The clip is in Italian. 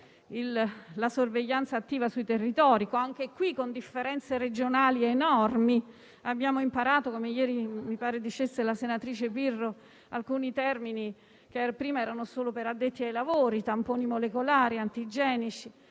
la sorveglianza attiva sui territori, anche qui con differenze regionali enormi. Abbiamo imparato - come mi pare abbia detto ieri la senatrice Pirro - alcuni termini che prima erano solo per gli addetti ai lavori, come «tamponi molecolari» o «tamponi